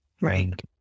Right